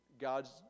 God's